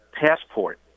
Passport